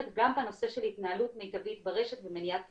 גם בנושא של התנהלות מיטבית ברשת ומניעת פגיעה.